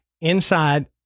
inside